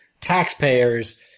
taxpayers